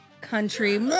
country